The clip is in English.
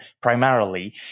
primarily